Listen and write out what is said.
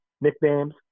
nicknames